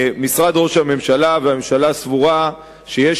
משרד ראש הממשלה והממשלה סבורים שיש